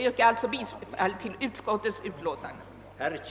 Jag yrkar bifall till utskottets hemställan.